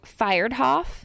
Firedhoff